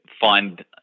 find